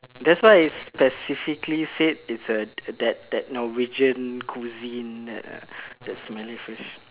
that's why I specifically said it's a that that Norwegian cuisine uh that smelly fish